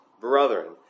Brethren